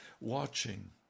watching